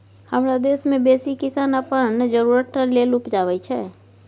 हमरा देश मे बेसी किसान अपन जरुरत टा लेल उपजाबै छै